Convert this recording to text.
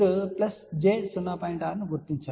6 ను గుర్తించండి